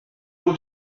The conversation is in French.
clos